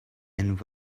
and